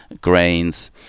grains